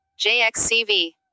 JXCV